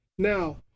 Now